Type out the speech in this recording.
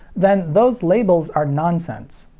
then those labels are nonsense.